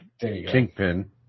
kingpin